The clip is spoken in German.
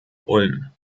ulm